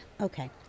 Okay